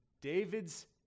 David's